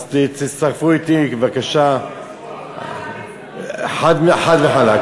אז תצטרפו אתי בבקשה, חד וחלק.